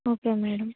okay madam